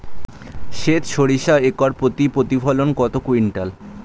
সেত সরিষা একর প্রতি প্রতিফলন কত কুইন্টাল?